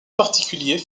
particulier